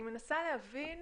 אני מנסה להבין